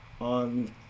on